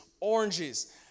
oranges